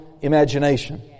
imagination